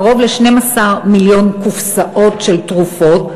קרוב ל-12 מיליון קופסאות של תרופות,